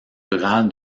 rural